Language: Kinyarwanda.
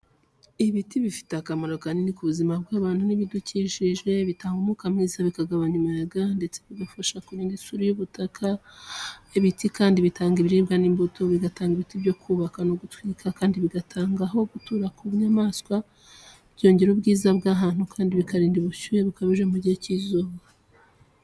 Ibiti bifite akamaro kanini ku buzima bw’abantu n’ibidukikije. Bitanga umwuka mwiza, bikagabanya umuyaga, ndetse bigafasha kurinda isuri y’ubutaka. Ibiti kandi bitanga ibiribwa n’imbuto, bigatanga ibiti byo kubaka no gutwika kandi bigatanga aho gutura ku nyamaswa. Byongera ubwiza bw’ahantu kandi bikarinda ubushyuhe bukabije mu gihe cy’izuba.